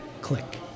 Click